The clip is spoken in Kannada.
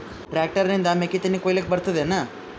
ಟ್ಟ್ರ್ಯಾಕ್ಟರ್ ನಿಂದ ಮೆಕ್ಕಿತೆನಿ ಕೊಯ್ಯಲಿಕ್ ಬರತದೆನ?